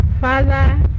father